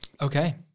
Okay